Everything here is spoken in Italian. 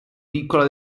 piccola